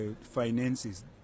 finances